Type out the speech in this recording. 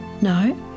No